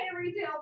retail